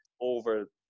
over